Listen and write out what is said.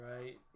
Right